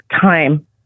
Time